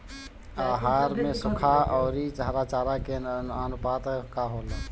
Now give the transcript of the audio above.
आहार में सुखा औरी हरा चारा के आनुपात का होला?